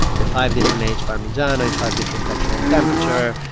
the five different age parmigiano in five different texture and temperature,